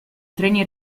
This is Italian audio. treni